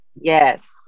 Yes